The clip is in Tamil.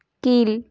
கீழ்